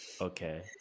Okay